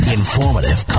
informative